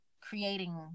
creating